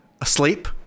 asleep